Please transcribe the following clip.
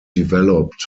developed